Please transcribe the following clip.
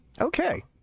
Okay